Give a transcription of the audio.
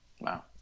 Wow